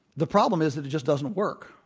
the problem is that it just doesn't work.